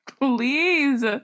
Please